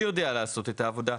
שיודעת לעשות את העבודה,